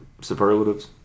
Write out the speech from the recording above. superlatives